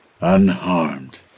Unharmed